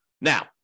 Now